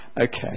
Okay